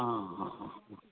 आं हां हां